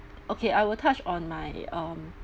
okay I will touch on my um